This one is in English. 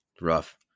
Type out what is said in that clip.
rough